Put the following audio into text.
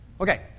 Okay